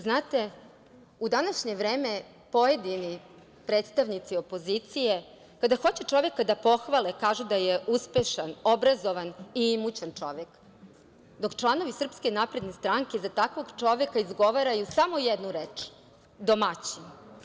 Znate, u današnje vreme pojedini predstavnici opozicije, kada hoće čoveka da pohvale, kažu da je uspešan, obrazovan i imućan čovek, dok članovi SNS za takvog čoveka izgovaraju samo jednu reč – domaćin.